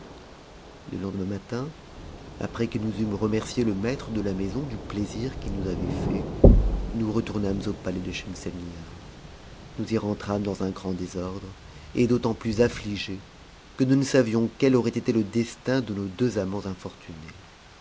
le lendemain matin après que nous eûmes remercié le maitre de la maison du plaisir qu'il nous avait fait nous retournâmes au palais de schemselnihar nous y rentrâmes dans un grand désordre et d'autant plus affligées que nous ne savions quel aurait été le destin de nos deux amants infortunés